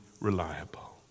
reliable